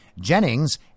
Jennings